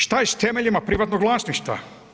Što je s temeljima privatnog vlasništva?